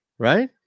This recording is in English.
Right